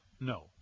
No